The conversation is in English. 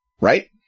right